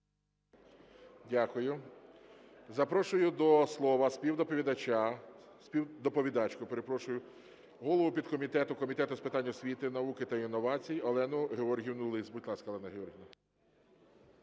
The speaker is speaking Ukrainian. Дякую. Запрошую до слова співдоповідача, співдоповідачку, перепрошую, голову підкомітету Комітету з питань освіти, науки та інновацій Олену Георгіївну Лис. Будь ласка, Олена Георгіївна.